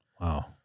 wow